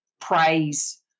praise